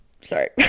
sorry